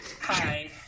Hi